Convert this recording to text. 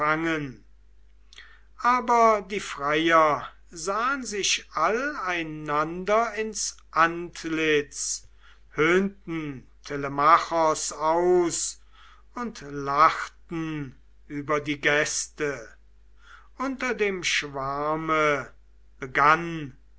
aber die freier sahn sich all einander ins antlitz höhnten telemachos aus und lachten über die gäste unter dem schwarme begann